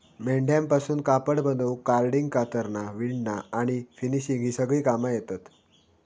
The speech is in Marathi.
मेंढ्यांपासून कापड बनवूक कार्डिंग, कातरना, विणना आणि फिनिशिंग ही सगळी कामा येतत